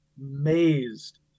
amazed